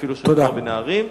אפילו כשמדובר בנערים,